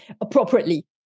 appropriately